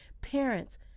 Parents